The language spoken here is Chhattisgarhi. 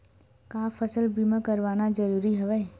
का फसल बीमा करवाना ज़रूरी हवय?